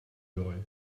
joy